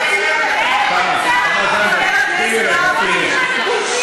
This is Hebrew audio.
הם מצילים את הכבוד שלך, חבר הכנסת יואב קיש.